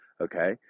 okay